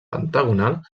pentagonal